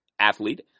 athlete